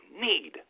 need